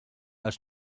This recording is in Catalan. els